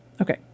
Okay